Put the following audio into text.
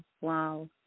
wow